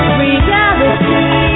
reality